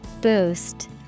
Boost